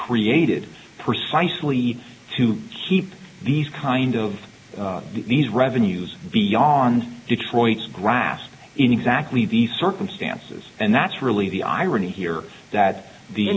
created precisely to keep these kind of these revenues beyond detroit's grass in exactly the circumstances and that's really the irony here that the